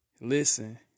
listen